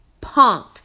punked